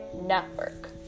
network